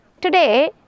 Today